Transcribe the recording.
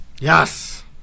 Yes